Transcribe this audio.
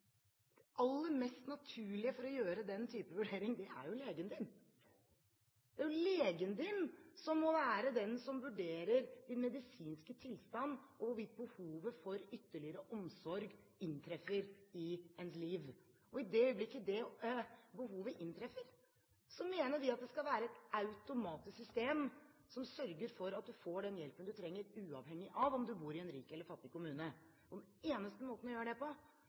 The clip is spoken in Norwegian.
Det aller mest naturlige er at legen din gjør den type vurdering. Det er legen din som må være den som vurderer din medisinske tilstand, og hvorvidt behovet for ytterligere omsorg inntreffer i ditt liv. I det øyeblikket det behovet inntreffer, mener vi at det skal være et automatisk system som sørger for at du får den hjelpen du trenger – uavhengig av om du bor i en rik eller i en fattig kommune. Den eneste måten å gjøre det på